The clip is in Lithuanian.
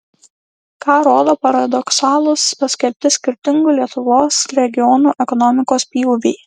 ką rodo paradoksalūs paskelbti skirtingų lietuvos regionų ekonomikos pjūviai